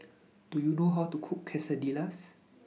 Do YOU know How to Cook Quesadillas